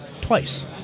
twice